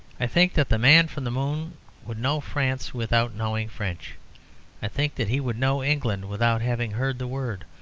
i think that the man from the moon would know france without knowing french i think that he would know england without having heard the word.